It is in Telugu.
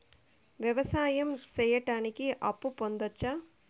వ్యవసాయం సేయడానికి అప్పు పొందొచ్చా?